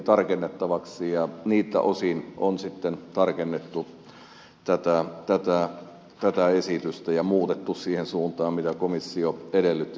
niiltä osin on sitten tarkennettu tätä esitystä ja muutettu siihen suuntaan mitä komissio edellytti suunnattavaksi